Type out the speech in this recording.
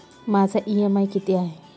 माझा इ.एम.आय किती आहे?